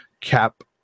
Cap